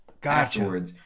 Gotcha